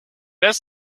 runs